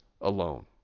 alone